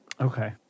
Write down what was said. Okay